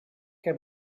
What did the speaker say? què